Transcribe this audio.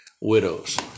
widows